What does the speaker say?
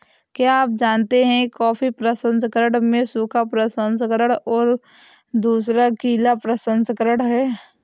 क्या आप जानते है कॉफ़ी प्रसंस्करण में सूखा प्रसंस्करण और दूसरा गीला प्रसंस्करण है?